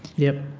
yep.